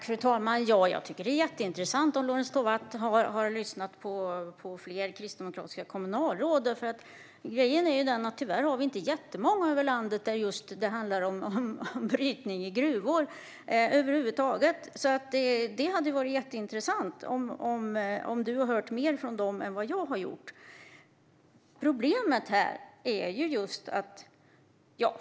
Fru talman! Om Lorentz Tovatt har lyssnat på flera kristdemokratiska kommunalråd är det intressant, för grejen är att vi tyvärr inte har jättemånga sådana på de platser i landet där det handlar om brytning i gruvor. Det hade alltså varit väldigt intressant om du hört mer från dem än vad jag har gjort, Lorentz.